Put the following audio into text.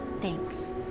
thanks